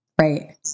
Right